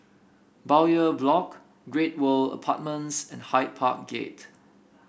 Bowyer Block Great World Apartments and Hyde Park Gate